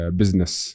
business